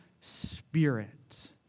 spirit